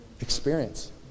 experience